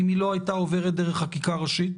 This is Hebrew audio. אם היא לא הייתה עוברת דרך חקיקה ראשית.